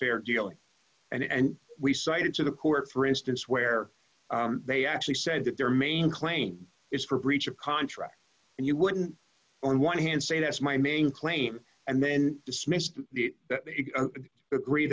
fair dealing and we cited to the court for instance where they actually said that their main claim is for breach of contract and you wouldn't on one hand say that's my main claim and then dismissed the agree